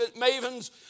mavens